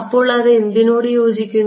അപ്പോൾ അത് എന്തിനോട് യോജിക്കുന്നു